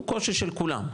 הוא קושי של כולם,